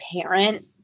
parent